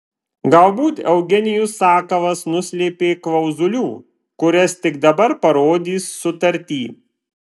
galbūt eugenijus sakalas nuslėpė klauzulių kurias tik dabar parodys sutarty